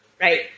right